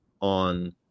on